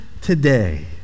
today